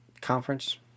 conference